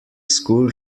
school